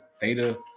theta